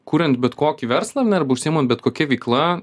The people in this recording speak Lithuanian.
kuriant bet kokį verslą ar ne arba užsiimant bet kokia veikla